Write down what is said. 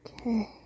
Okay